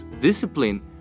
discipline